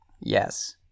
yes